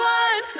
one